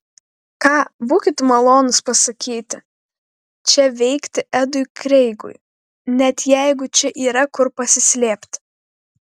ką būkit malonūs pasakyti čia veikti edui kreigui net jeigu čia yra kur pasislėpti